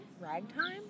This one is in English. ragtime